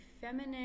feminine